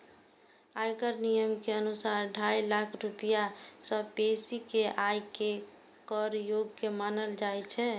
आयकर नियम के अनुसार, ढाई लाख रुपैया सं बेसी के आय कें कर योग्य मानल जाइ छै